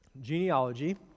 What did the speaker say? genealogy